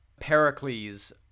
Pericles